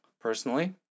personally